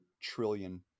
trillion